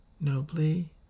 nobly